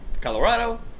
Colorado